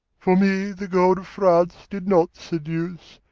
for me, the gold of france did not seduce,